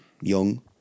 young